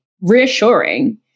reassuring